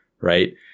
right